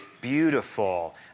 beautiful